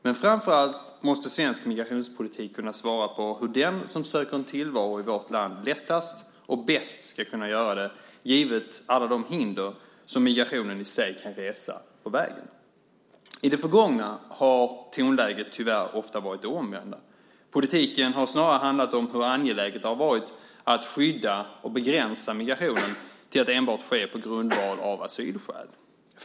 Men framför allt måste svensk migrationspolitik kunna svara på hur den som söker en tillvaro i vårt land lättast och bäst ska kunna göra det, givet alla de hinder som migrationen i sig kan resa på vägen. I det förgångna har tonläget tyvärr ofta varit ett annat. Politiken har snarare handlat om hur angeläget det har varit att skydda och begränsa migrationen till att enbart ske på grundval av asylskäl.